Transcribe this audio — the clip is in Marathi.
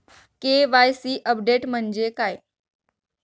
के.वाय.सी अपडेट म्हणजे काय?